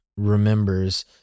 remembers